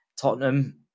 Tottenham